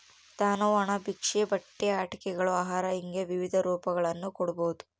ದಾನವು ಹಣ ಭಿಕ್ಷೆ ಬಟ್ಟೆ ಆಟಿಕೆಗಳು ಆಹಾರ ಹಿಂಗೆ ವಿವಿಧ ರೂಪಗಳನ್ನು ಕೊಡ್ಬೋದು